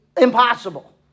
impossible